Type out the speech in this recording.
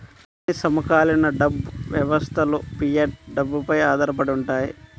అన్ని సమకాలీన డబ్బు వ్యవస్థలుఫియట్ డబ్బుపై ఆధారపడి ఉంటాయి